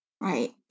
Right